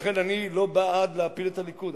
אני לא בעד להפיל את הליכוד,